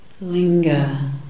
linger